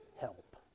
Help